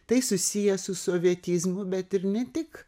tai susiję su sovietizmu bet ir ne tik